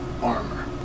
armor